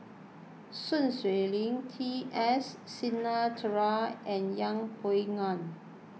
Sun Xueling T S Sinnathuray and Yeng Pway Ngon